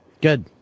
Good